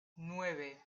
nueve